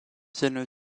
viennent